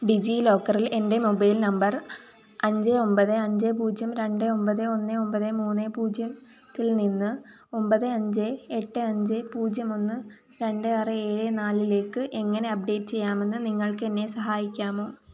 ഡിജി ലോക്കറിൽ എൻ്റെ mobile number അഞ്ച് ഒമ്പത് അഞ്ച് പൂജ്യം രണ്ട് ഒമ്പത് ഒന്ന് ഒമ്പത് മൂന്ന് പൂജ്യത്തിൽ നിന്ന് ഒമ്പത് അഞ്ച് എട്ട് അഞ്ച് പൂജ്യം ഒന്ന് രണ്ട് ആറ് ഏഴ് നാലിലേക്ക് എങ്ങനെ അപ്ഡേറ്റ് ചെയ്യാമെന്ന് നിങ്ങൾക്ക് എന്നെ സഹായിക്കാമോ